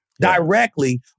directly